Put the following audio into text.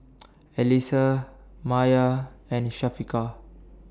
Alyssa Maya and Syafiqah